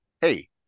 hey